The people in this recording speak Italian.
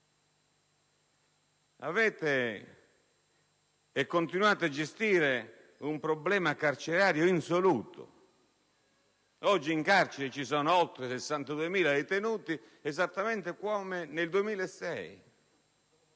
gestito e continuate a gestire un problema carcerario insoluto. Oggi in carcere ci sono oltre 62.000 detenuti, esattamente come nel 2006,